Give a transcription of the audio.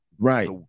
right